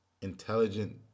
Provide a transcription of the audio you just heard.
intelligent